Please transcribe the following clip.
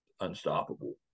unstoppable